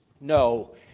No